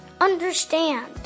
understand